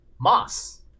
Moss